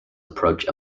approach